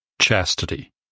Chastity